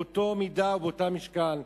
באותה מידה ובאותו משקל.